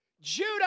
Judah